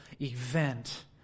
event